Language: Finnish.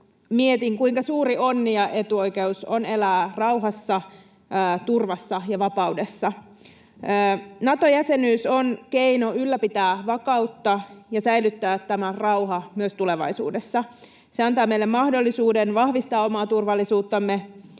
mietin, kuinka suuri onni ja etuoikeus on elää rauhassa, turvassa ja vapaudessa. Nato-jäsenyys on keino ylläpitää vakautta ja säilyttää tämä rauha myös tulevaisuudessa. Se antaa meille mahdollisuuden vahvistaa omaa turvallisuuttamme